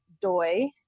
DOI